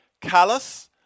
Callous